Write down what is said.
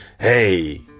Hey